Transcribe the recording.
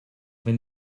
wenn